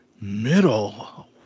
Middle